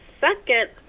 second